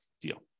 deal